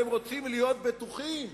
אתם רוצים להיות בטוחים